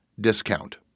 discount